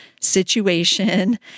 situation